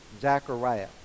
Zechariah